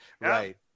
Right